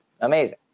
amazing